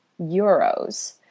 euros